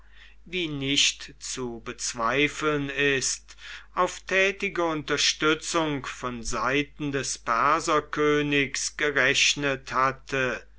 wie nicht zu bezweifeln ist auf tätige unterstützung von seiten des perserkönigs gerechnet hatte